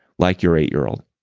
like your eight year old.